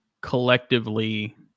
collectively